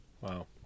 Wow